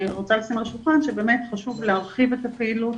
אני רוצה לשים על השולחן שבאמת חשוב להרחיב את הפעילות,